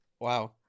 Wow